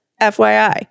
FYI